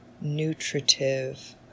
nutritive